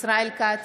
ישראל כץ,